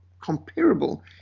comparable